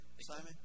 Simon